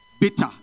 bitter